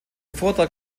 vortrag